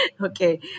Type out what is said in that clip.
Okay